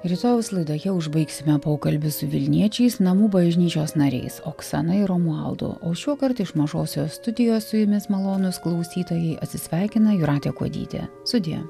rytojaus laidoje užbaigsime pokalbį su vilniečiais namų bažnyčios nariais oksana ir romualdu o šiuokart iš mažosios studijos su jumis malonūs klausytojai atsisveikina jūratė kuodytė sudie